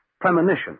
premonition